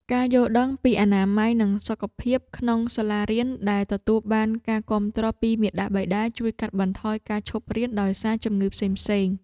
ការយល់ដឹងពីអនាម័យនិងសុខភាពក្នុងសាលារៀនដែលទទួលបានការគាំទ្រពីមាតាបិតា ជួយកាត់បន្ថយការឈប់រៀនដោយសារជំងឺផ្សេងៗ។